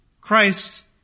Christ